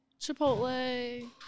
Chipotle